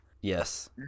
Yes